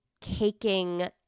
caking